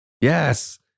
Yes